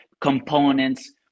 components